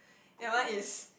that one is